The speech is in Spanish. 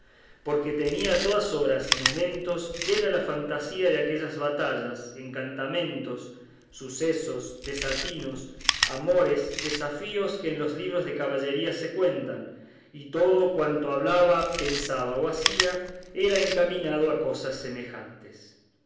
porque tenía a todas horas y momentos llena la fantasía de aquellas batallas encantamentos sucesos desatinos amores desafíos que en los libros de caballerías se cuentan y todo cuanto hablaba pensaba o hacía era encaminado a cosas semejantes